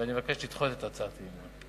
ואני מבקש לדחות את הצעת האי-אמון.